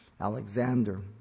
Alexander